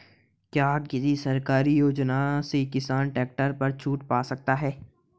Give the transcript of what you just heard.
क्या किसी सरकारी योजना से किसान ट्रैक्टर पर छूट पा सकता है?